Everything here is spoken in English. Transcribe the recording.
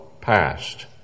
past